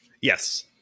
Yes